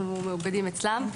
אנחנו מאוגדים אצלם.